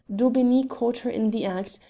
daubeney caught her in the act,